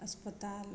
अस्पताल